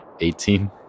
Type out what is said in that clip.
18